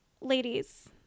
ladies